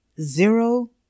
zero